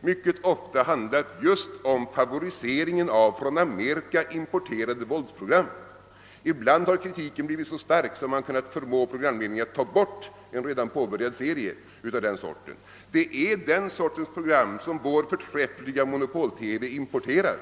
mycket ofta handlat om favoriseringen av från Amerika importerade våldsprogram. Ibland har kritiken blivit så stark att man kunnat förmå programledningen att ta bort en redan påbörjad serie av den sorten. Det är denna typ av program som vår förträffliga monopol-TV importerar.